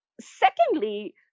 secondly